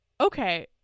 okay